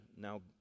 now